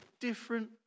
different